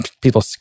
People